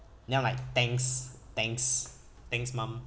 then I'm like thanks thanks thanks mum